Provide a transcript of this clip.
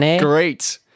Great